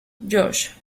josh